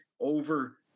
Over